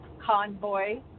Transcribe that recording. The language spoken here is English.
convoy